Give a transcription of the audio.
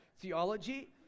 theology